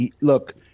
Look